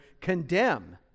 condemn